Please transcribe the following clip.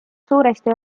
suuresti